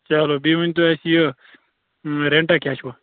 چَلو بیٚیہِ ؤنۍتَو اَسہِ یہِ رینٛٹاہ کیٛاہ چھُو وۅنۍ